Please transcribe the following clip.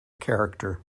character